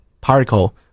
particle